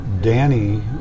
Danny